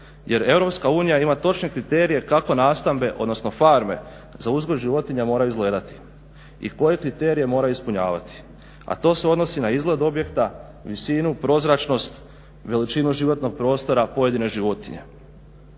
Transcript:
unija ima točne kriterije kako nastambe, odnosno farme za uzgoj životinja moraju izgledati i koje kriterije moraju ispunjavati, a to se odnosi na izgled objekta, visinu, prozračnost, veličinu životnog prostora pojedine životinje.